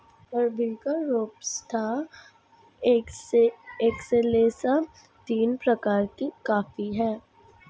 arabica robusta excelsa तीन प्रकार के कॉफी हैं